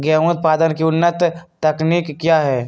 गेंहू उत्पादन की उन्नत तकनीक क्या है?